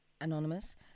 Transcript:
Anonymous